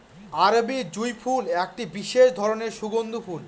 আরবি জুঁই ফুল একটি বিশেষ ধরনের সুগন্ধি ফুল